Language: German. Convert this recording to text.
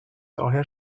daher